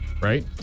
right